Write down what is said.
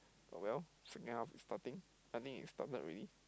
but well second half is starting I think it started already